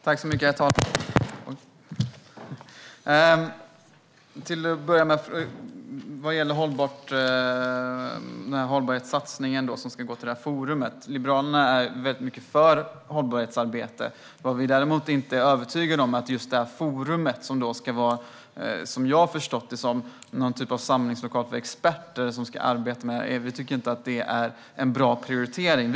Herr talman! Till att börja vill jag ta upp den hållbarhetssatsning som ska gå till ett särskilt forum. Liberalerna är mycket för hållbarhetsarbete. Vad vi dock inte är övertygade om är just detta forum. Vad jag har förstått ska det vara en samling experter som ska arbeta med det här. Vi tycker inte att det är en bra prioritering.